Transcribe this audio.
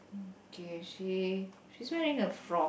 okay she she's wearing a frock